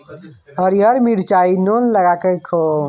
हरियर मिरचाई नोन लगाकए खो